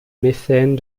mécène